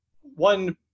one